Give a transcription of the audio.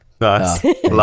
Nice